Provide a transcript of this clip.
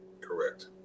Correct